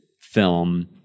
film